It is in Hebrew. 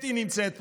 אתי נמצאת פה.